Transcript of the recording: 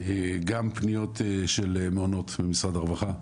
וגם פניות של מעונות ממשרד הרווחה,